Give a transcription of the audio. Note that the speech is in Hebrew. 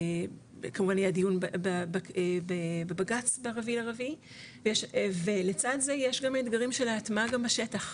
כמובן יהיה הדיון בבג"צ ב-4.4 ולצד זה יש גם אתגרים של ההטמעה גם בשטח,